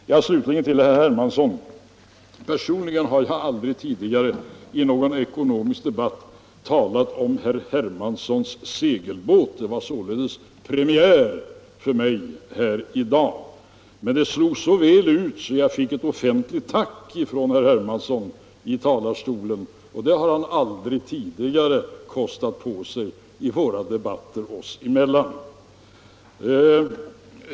Slutligen vill jag säga till herr Hermansson att personligen har jag aldrig tidigare i någon ekonomisk debatt talat om herr Hermanssons segelbåt. Det var således premiär för mig här i dag. Men det slog så väl ut att jag fick ett offentligt tack från herr Hermansson i talarstolen, och det har han aldrig tidigare kostat på sig i debatterna oss emellan.